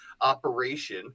operation